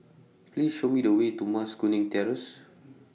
Please Show Me The Way to Mas Kuning Terrace